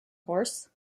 horse